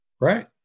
Right